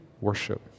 worship